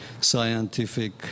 scientific